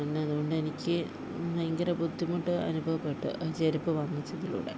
പിന്നെ അതുകൊണ്ടെനിക്ക് ഭയങ്കര ബുദ്ധിമുട്ട് അനുഭവപ്പെട്ട് ആ ചെരുപ്പ് വാങ്ങിച്ചതിലൂടെ